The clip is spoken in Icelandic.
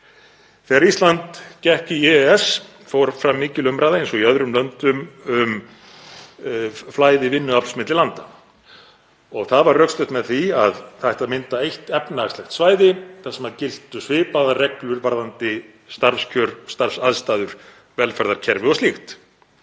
Þegar Ísland gekk í EES fór fram mikil umræða, eins og í öðrum löndum, um flæði vinnuafls milli landa og það var rökstutt með því að mynda ætti eitt efnahagslegt svæði þar sem giltu svipaðar reglur varðandi starfskjör, starfsaðstæður, velferðarkerfi og slíkt.